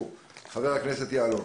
חבר הכנסת יעלון,